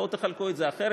בואו תחלקו את זה אחרת,